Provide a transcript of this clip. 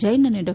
જૈન અને ડો